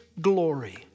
glory